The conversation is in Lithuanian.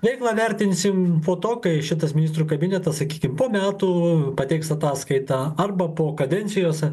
veiklą vertinsim po to kai šitas ministrų kabinetas sakykim po metų pateiks ataskaitą arba po kadencijos